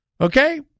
okay